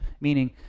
meaning